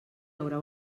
haurà